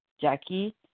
Jackie